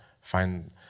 find